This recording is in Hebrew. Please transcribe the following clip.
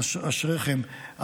אשריכם.